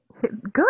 Good